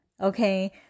Okay